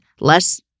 Less